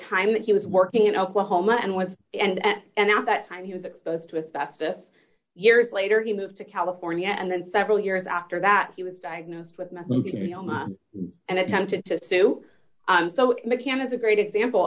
time that he was working in oklahoma and was and and at that time he was exposed with theft this years later he moved to california and then several years after that he was diagnosed with leukemia doma and attempted to sue so the can is a great example